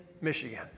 Michigan